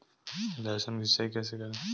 लहसुन की सिंचाई कैसे करें?